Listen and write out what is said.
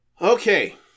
Okay